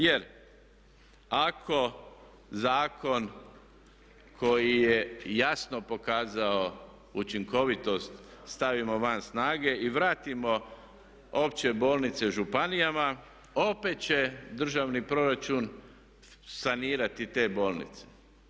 Jer ako zakon koji je jasno pokazao učinkovitost stavimo van snage i vratimo opće bolnice županijama opet će državni proračun sanirati te bolnice.